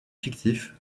fictifs